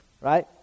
Right